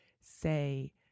say